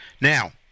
Now